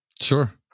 Sure